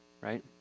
right